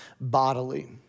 bodily